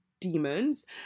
demons